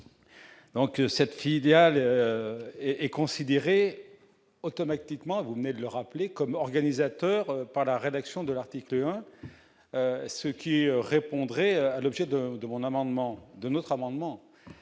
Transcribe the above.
donc cette filiale et est considérée automatiquement, vous venez de le rappeler, comme organisateur par la rédaction de l'article 1 ce qui répondrait à l'objet de de mon amendement de notre amendement